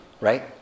right